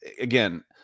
again